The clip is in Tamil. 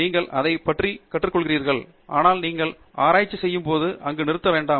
நீங்கள் அதை பற்றிக் கற்றுக்கொள்கிறீர்கள் ஆனால் நீங்கள் ஆராய்ச்சி செய்யும் போது அங்கு நிறுத்த வேண்டாம்